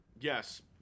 yes